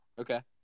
Okay